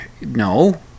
no